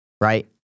right